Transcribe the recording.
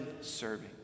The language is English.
serving